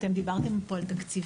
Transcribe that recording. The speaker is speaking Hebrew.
אתם דיברתם פה על תקציבים,